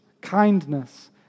kindness